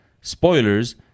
spoilers